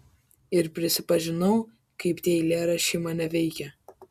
ir prisipažinau kaip tie eilėraščiai mane veikia